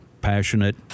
passionate